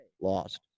lost